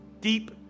deep